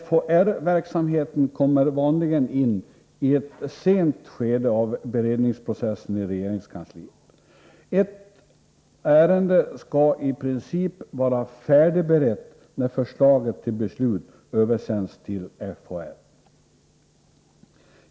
FHFR-verksamheten kommer vanligen in i ett sent skede av beredningsprocessen i regeringskansliet. Ett ärende skall i princip vara färdigberett när förslaget till beslut översänds till FHR.